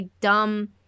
dumb